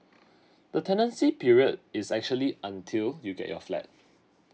the tenancy period is actually until you get your flat